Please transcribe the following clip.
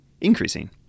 increasing